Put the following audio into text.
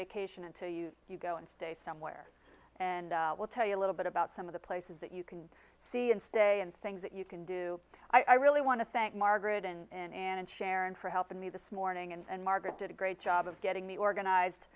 vacation until you you go and stay somewhere and we'll tell you a little bit about some of the places that you can see and stay and things that you can do i really want to thank margaret in and sharon for helping me this morning and margaret did a great job of getting the organized